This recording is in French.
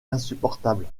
insupportable